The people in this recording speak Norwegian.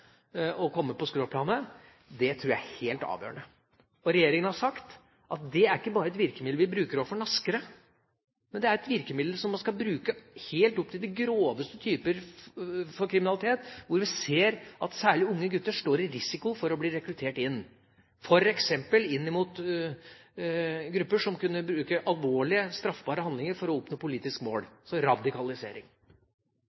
å komme på skråplanet, tror jeg er helt avgjørende. Regjeringa har sagt at det er ikke bare et virkemiddel vi bruker overfor naskere, men et virkemiddel man skal bruke helt opp til de groveste typer for kriminalitet, hvor vi ser at særlig unge gutter står i fare for å bli rekruttert inn mot f.eks. grupper som kunne bruke alvorlige straffbare handlinger for å oppnå politiske mål,